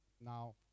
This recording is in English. Now